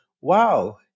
wow